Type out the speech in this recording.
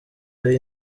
ari